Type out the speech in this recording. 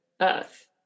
earth